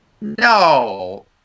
No